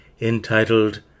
entitled